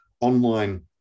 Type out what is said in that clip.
online